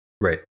Right